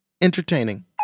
entertaining